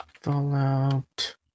Fallout